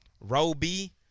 Roby